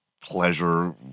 pleasure